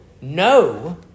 no